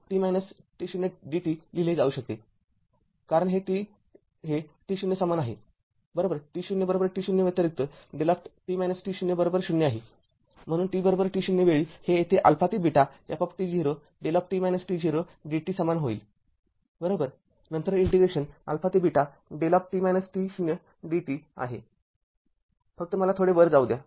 t0 t0 व्यतिरिक्त δ0 आहे म्हणून tt0 वेळी हे येथे ते f δ dt समान होईल बरोबर नंतर इंटिग्रेशन ते δ dt आहे फक्त मला थोडे वर जाऊ द्या